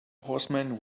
horsemen